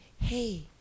hey